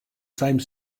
same